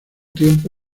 tiempo